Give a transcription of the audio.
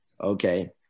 okay